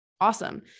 Awesome